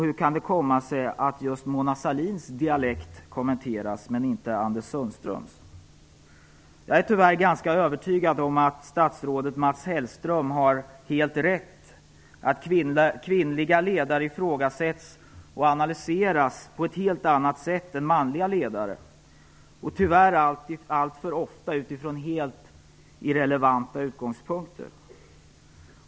Hur kan det komma sig att just Mona Sahlins dialekt kommenteras men inte Anders Jag är tyvärr ganska övertygad om att statsrådet Mats Hellström har helt rätt i att kvinnliga ledare ifrågasätts och analyseras på ett helt annat sätt än manliga ledare. Det sker tyvärr allt för ofta utifrån helt irrelevanta utgångspunkter.